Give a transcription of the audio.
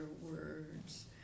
words